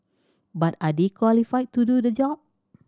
but are they qualified to do the job